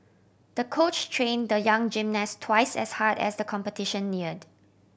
the coach train the young gymnast twice as hard as the competition neared